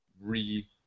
re